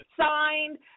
signed